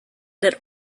that